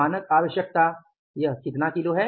मानक आवश्यकता यह कितना किलो है